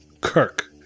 Kirk